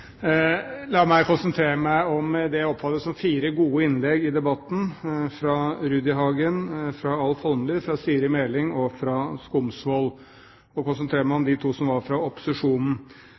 La meg konsentrere meg om det jeg oppfatter som fire gode innlegg i debatten – fra Torstein Rudihagen, fra Alf Egil Holmelid, fra Siri A. Meling og fra Henning Skumsvoll – og jeg vil konsentrere meg om de to fra opposisjonen.